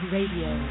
Radio